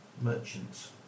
merchants